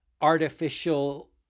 artificial